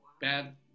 Bad